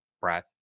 breath